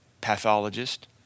Pathologist